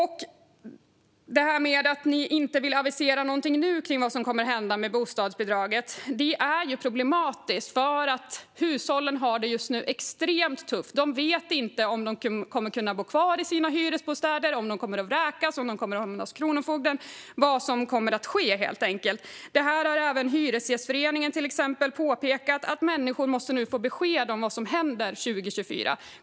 Att regeringen nu inte vill avisera vad som kommer att hända med bostadsbidraget är problematiskt eftersom hushållen har det extremt tufft just nu. De vet inte om de kommer att kunna bo kvar i sina hyresbostäder, om de kommer att vräkas, om de kommer att hamna hos kronofogden eller vad som kommer att ske. Även Hyresgästföreningen har påpekat att människor måste få besked om vad som händer 2024.